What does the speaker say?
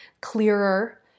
clearer